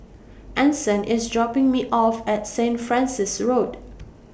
Anson IS dropping Me off At Saint Francis Road